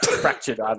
fractured